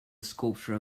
sculpture